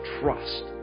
trust